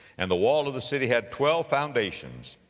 and the wall of the city had twelve foundations,